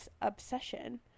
obsession